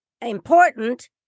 important